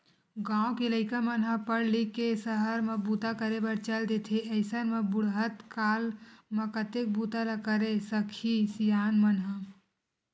गाँव के लइका मन ह पड़ लिख के सहर म बूता करे बर चल देथे अइसन म बुड़हत काल म कतेक बूता ल करे सकही सियान मन ह